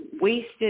wasted